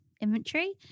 inventory